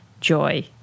joy